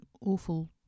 awful